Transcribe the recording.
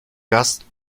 gast